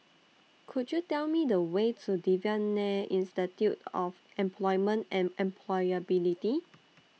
Could YOU Tell Me The Way to Devan Nair Institute of Employment and Employability